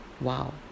Wow